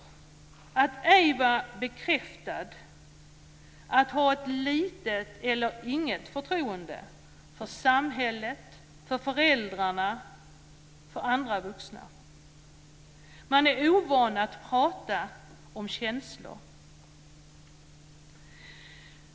De känner sig inte bekräftade och har inget eller litet förtroende för samhället, för föräldrarna och för andra vuxna. De är ovana vid att prata om känslor.